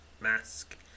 Mask